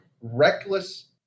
reckless